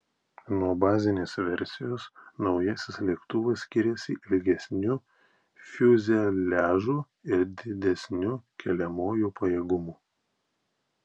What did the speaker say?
nuo bazinės versijos naujasis lėktuvas skiriasi ilgesniu fiuzeliažu ir didesniu keliamuoju pajėgumu